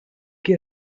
qui